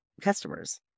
customers